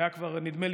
נדמה לי